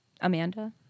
Amanda